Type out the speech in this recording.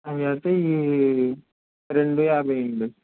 అవి అయితే రెండు యాభై అండి